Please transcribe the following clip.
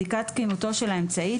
בדיקת תקינות של האמצעי,